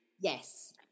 yes